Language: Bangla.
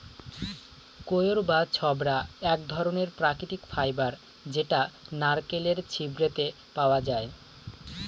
কইর বা ছবড়া এক ধরনের প্রাকৃতিক ফাইবার যেটা নারকেলের ছিবড়েতে পাওয়া যায়